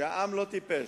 שהעם לא טיפש.